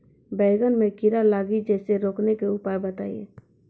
बैंगन मे कीड़ा लागि जैसे रोकने के उपाय बताइए?